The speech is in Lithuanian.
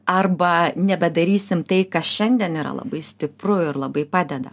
arba nebedarysim tai kas šiandien yra labai stipru ir labai padeda